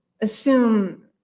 assume